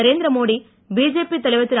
Narendra Modi BJP தலைவர் திரு